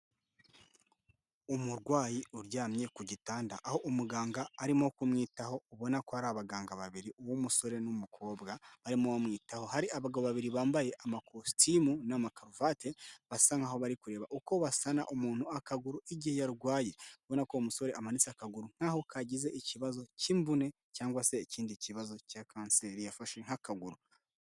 Umurwayi uryamye ku gitanda, aho umuganga arimo kumwitaho ubona ko ari abaganga babiri uw'umusore n'umukobwa, barimo bamwitaho, hari abagabo babiri bambaye amakositimu n'amakaruvate basa nk'aho bari kureba uko basana umuntu akaguru igihe yarwaye, ubona ko uwo musore amanitse akaguru nk'aho kagize ikibazo cy'imvune cyangwa se ikindi kibazo cya kanseri yafashe nk'akaguru.